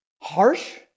harsh